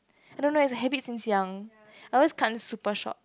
I don't know it's a habit since young I always cut until super shott